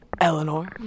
Eleanor